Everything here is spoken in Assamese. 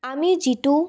আমি যিটো